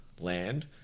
land